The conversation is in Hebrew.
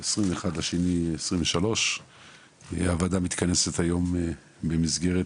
21 בפברואר 2023. הוועדה מתכנסת היום במסגרת